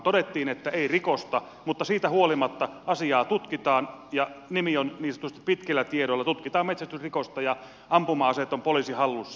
todettiin että ei rikosta mutta siitä huolimatta asiaa tutkitaan ja nimi on niin sanotusti pitkillä tiedoilla tutkitaan metsästysrikosta ja ampuma aseet ovat poliisin hallussa